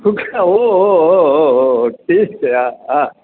सूक्ष्मः ओ ओ ओ ओ टेस्ट् या आ